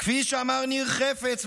כפי שאמר ניר חפץ,